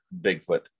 Bigfoot